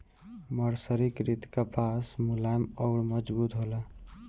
मर्सरीकृत कपास मुलायम अउर मजबूत होला